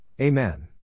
Amen